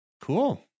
cool